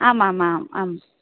आमामाम् आम्